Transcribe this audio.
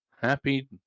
Happy